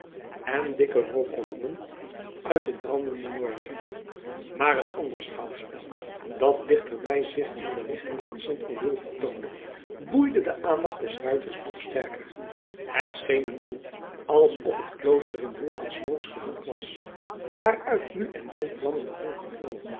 en dikke rookkolommen uit het brandende norwert maar een ander schouwspel dat dichterbij zich in de richting van sint odulf vertoonde boeide de aandacht des ruiters nog sterker het scheen hem toe alsof het klooster in wolken smooks gehuld was waaruit nu en dan vlammende vonken vlogen